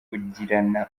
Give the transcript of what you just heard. kugirana